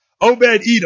Obed-Edom